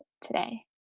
today